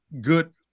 good